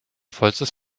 vollstes